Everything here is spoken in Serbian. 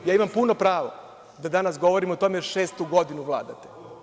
Ja imam puno pravo da danas govorim o tome, jer šestu godinu vladate.